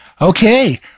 Okay